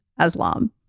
Aslam